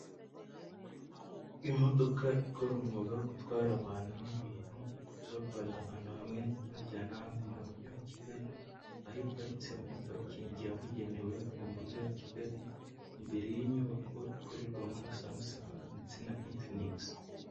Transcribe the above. Imodoka ikora umwuga wo gutwara abantu n'ibintu, ibavana ahantu hamwe ibajyana ahandi mu mujyi wa Kigali, aho iparitse muri parikingi yabugenewe mu mujyi wa Kigali, imbere y'inyubako ikorerwamo na Samusung ndetse na Infinix.